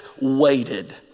waited